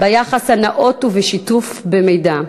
ביחס הנאות ובשיתוף במידע.